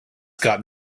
got